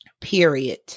period